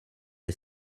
est